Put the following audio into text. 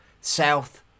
south